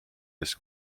ees